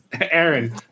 Aaron